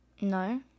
No